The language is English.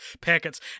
packets